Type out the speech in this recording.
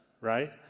right